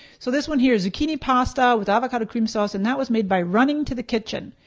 so this one here is zucchini pasta with avocado cream sauce, and that was made by running to the kitchen.